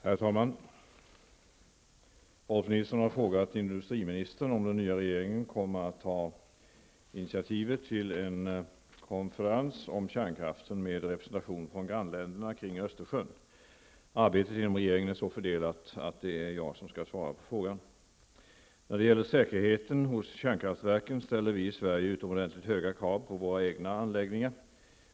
Herr talman! Rolf Nilson har frågat industriministern om den nya regeringen kommer att ta initiativet till en konferens om kärnkraften med representation från grannländerna kring Arbetet inom regeringen är så fördelat att det är jag som skall svara på frågan. När det gäller säkerheten hos kärnkraftverken ställer vi i Sverige utomordentligt höga krav på våra egna anläggningar.